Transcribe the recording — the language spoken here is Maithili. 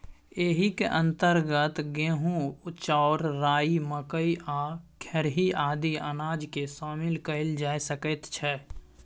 एहिक अंतर्गत गहूम, चाउर, राई, मकई आ खेरही आदि अनाजकेँ शामिल कएल जा सकैत छै